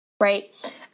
Right